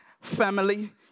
family